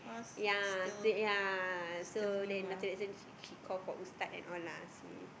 ya same ya so then after that then she she call for ustad and all lah she